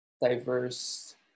diverse